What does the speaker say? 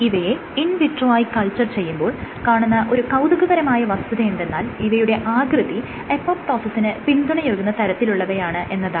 ഇവയെ ഇൻ വിട്രോയായി കൾച്ചർ ചെയ്യുമ്പോൾ കാണുന്ന ഒരു കൌതുകകരമായ വസ്തുത എന്തെന്നാൽ ഇവയുടെ ആകൃതി അപോപ്ടോസിസിന് പിന്തുണയേകുന്ന തരത്തിലുള്ളവയാണ് എന്നതാണ്